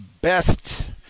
best